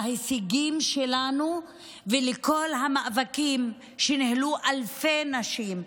להישגים שלנו ולכל המאבקים שניהלו אלפי נשים,